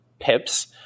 pips